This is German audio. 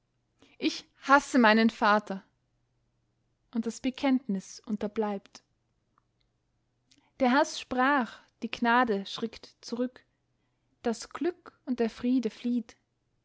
ich hasse meinen vater und das bekenntnis unterbleibt der haß sprach die gnade schrickt zurück das glück und der friede flieht